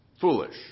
foolish